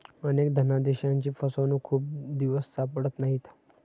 अनेक धनादेशांची फसवणूक खूप दिवस सापडत नाहीत